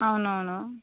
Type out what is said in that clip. అవునవును